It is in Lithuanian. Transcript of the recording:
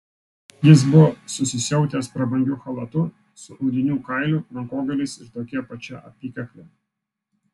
jis buvo susisiautęs prabangiu chalatu su audinių kailių rankogaliais ir tokia pačia apykakle